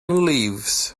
leaves